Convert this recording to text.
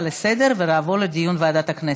לסדר-היום ולהעביר לדיון בוועדת הכנסת.